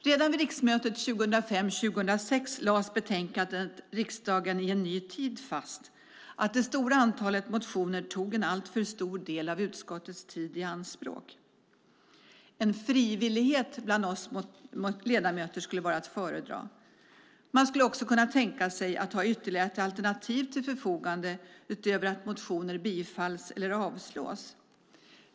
Redan vid riksmötet 2005/06 slog betänkandet Riksdagen i en ny tid fast att det stora antalet motioner tog en alltför stor del av utskottens tid i anspråk. En frivillighet bland oss ledamöter skulle vara att föredra. Man skulle också kunna tänka sig att ha ytterligare ett alternativ till förfogande utöver att motioner bifalls eller avslås.